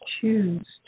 choose